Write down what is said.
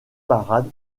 parade